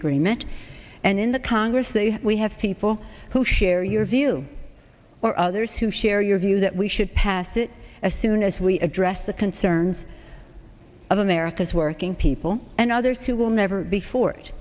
agreement and in the congress that we have people who share your view or others who share your view that we should pass it as soon as we address the concerns of america's working people and others who will never be for